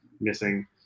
missing